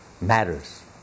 matters